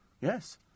Yes